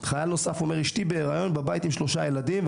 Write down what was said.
חייל נוסף אומר: אשתי בהריון בבית עם שלושה ילדים,